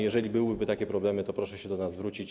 Jeżeli byłyby takie problemy, to proszę się do nas zwrócić.